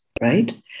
right